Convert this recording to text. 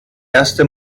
erste